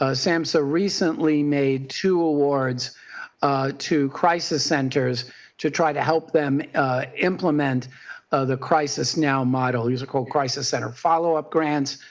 ah samhsa recently made two awards to crisis centers to try to help them implement the crisis now model. these are called crisis center follow up grants.